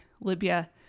Libya